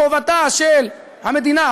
חובתה של המדינה,